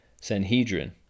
Sanhedrin